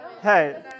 Hey